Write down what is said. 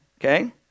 Okay